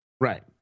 Right